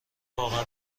واقعا